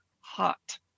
hot